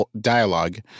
dialogue